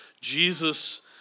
Jesus